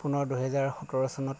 পুনৰ দুহেজাৰ সোতৰ চনত